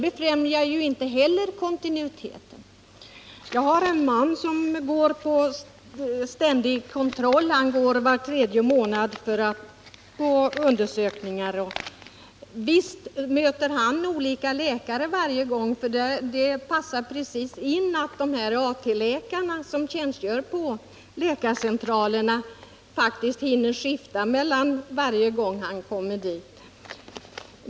Inte heller detta befrämjar kontinuiteten. Min man som går på ständig kontroll var tredje månad, möter olika läkare varje gång. Det passar precis in att de AT-läkare som tjänstgör på läkarcentralen hinner skifta varje gång han kommer dit.